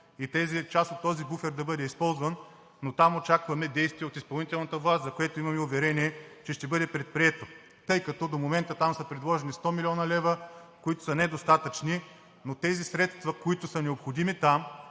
и част от този буфер да бъде използван, но там очакваме действия от изпълнителната власт, за което имаме уверение, че ще бъде предприето, тъй като до момента там са предложени 100 млн. лв., които са недостатъчни, но тези средства, които са необходими там